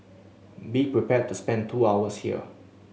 be prepared to spend two hours here